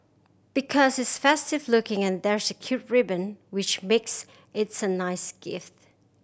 because it's festive looking and there's a cute ribbon which makes it's a nice gift